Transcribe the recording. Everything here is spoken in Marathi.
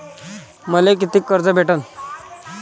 मले कितीक कर्ज भेटन?